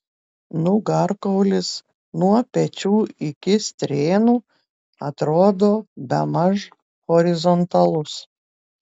nugarkaulis nuo pečių iki strėnų atrodo bemaž horizontalus